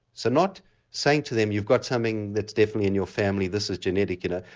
so not saying to them you've got something that's definitely in your family, this is genetic you know,